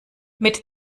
mit